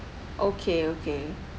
okay okay